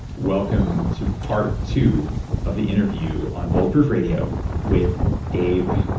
welcome to part two of the interview on bulletproof radio with dave,